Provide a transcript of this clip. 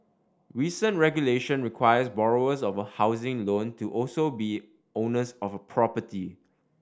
recent regulation requires borrowers of a housing loan to also be owners of a property